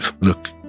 look